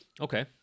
Okay